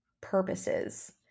purposes